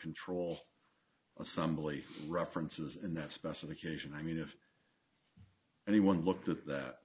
control of somebody references in that specification i mean if anyone looked at that